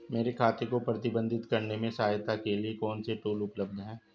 मेरे खाते को प्रबंधित करने में सहायता के लिए कौन से टूल उपलब्ध हैं?